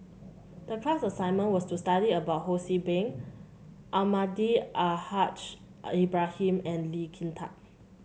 the class assignment was to study about Ho See Beng Almahdi Al Haj Ibrahim and Lee Kin Tat